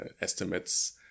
estimates